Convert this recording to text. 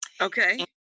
Okay